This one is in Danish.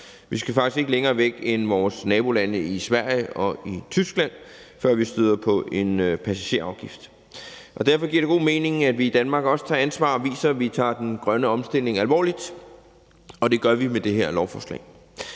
Vi skal faktisk ikke længere væk end vores nabolande Sverige og Tyskland, før vi støder på en passagerafgift. Derfor giver det god mening, at vi i Danmark også tager ansvar og viser, at vi tager den grønne omstilling alvorligt, og det gør vi med det her lovforslag.